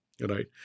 right